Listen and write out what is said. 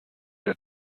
der